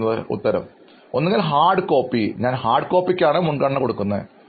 അഭിമുഖം സ്വീകരിക്കുന്നയാൾ ഒന്നുകിൽ ഹാർഡ് കോപ്പി ഞാൻ ഹാർഡ് കോപ്പിക്ക് മുൻഗണന നൽകാറുണ്ട്